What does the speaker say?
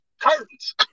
curtains